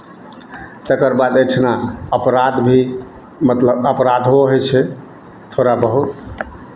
तकर बाद एहिठिना अपराध भी मतलब अपराधो होइ छै थोड़ा बहुत